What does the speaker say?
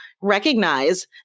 recognize